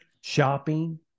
shopping